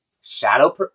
shadow